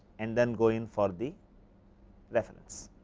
and then going for the reference.